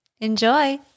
Enjoy